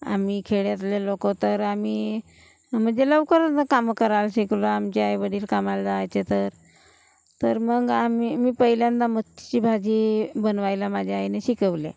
आम्ही खेड्यातले लोक तर आम्ही आम्ही ते लवकरच कामं करायला शिकलो आमचे आई वडील कामाला जायचे तर तर मग आम्ही मी पहिल्यांदा मच्छीची भाजी बनवायला माझ्या आईनं शिकवले